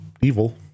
evil